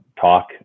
talk